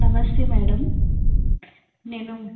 నమస్తే మేడం నేను